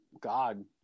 god